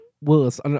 Willis